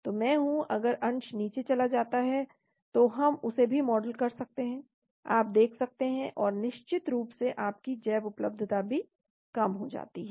तो मैं हूँ अगर अंश नीचे चला जाता है तो हम उसे भी मॉडल कर सकते हैं आप देख सकते हैं और निश्चित रूप से आपकी जैव उपलब्धता भी कम हो जाती है